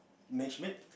match mate